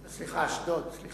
אשדוד, סליחה.